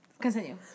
Continue